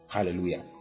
Hallelujah